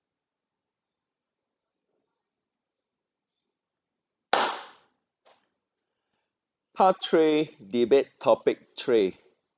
part three debate topic three